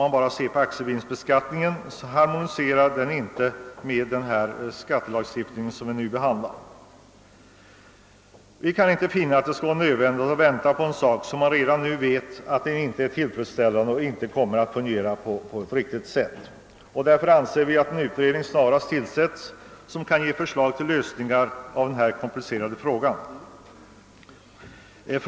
Aktievinstbeskattningen t.ex. harmonierar inte med den skattelagstiftning som vi nu behandlar. Vi anser det inte nödvändigt att vänta på något som man redan nu vet inte blir tillfredsställande. Därför anser vi att en utredning snarast bör tillsättas som kan ge förslag till lösningar av denna komplicerade fråga.